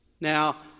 Now